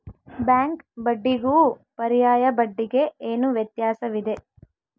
Bank ಬಡ್ಡಿಗೂ ಪರ್ಯಾಯ ಬಡ್ಡಿಗೆ ಏನು ವ್ಯತ್ಯಾಸವಿದೆ?